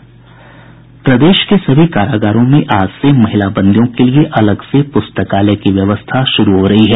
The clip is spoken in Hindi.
प्रदेश के सभी कारागारों में आज से महिला बंदियों के लिए अलग से पुस्तकालय की व्यवस्था शुरू हो रही है